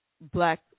black